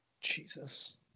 jesus